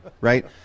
right